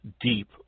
deep